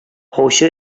аучы